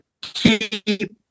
keep